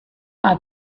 are